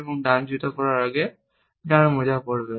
এবং ডান জুতা পরার আগে ডান মোজা পরবেন